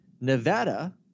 Nevada